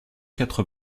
quatre